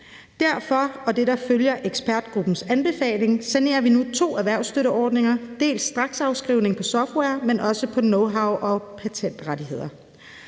Derfor og af det, der følger af ekspertgruppens anbefaling, sanerer vi nu to erhvervsstøtteordninger, dels straksafskrivning på software, men også på knowhow og patentrettigheder.